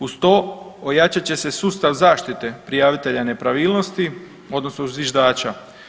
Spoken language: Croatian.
Uz to, ojačat će se sustav zaštite prijavitelja nepravilnosti odnosno zviždača.